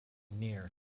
near